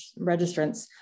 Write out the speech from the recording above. registrants